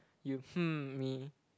you hmm me